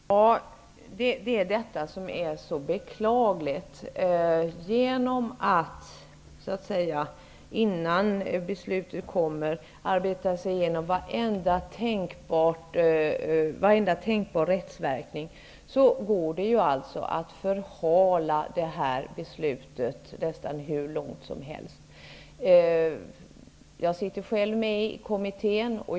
Fru talman! Det är detta som är så beklagligt. Genom att innan beslutet fattas arbeta sig igenom varenda tänkbar rättsverkan går det att förhala beslutet nästan hur länge som helst. Jag sitter själv med i kommittén.